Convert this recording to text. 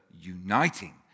uniting